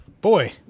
boy